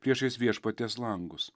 priešais viešpaties langus